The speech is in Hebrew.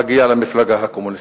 מגיע למפלגה הקומוניסטית?